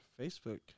Facebook